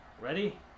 Ready